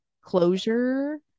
closure